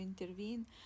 intervene